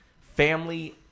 family